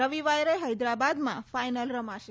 રવિવારે હૈદરાબાદમાં ફાઈનલ રમાશે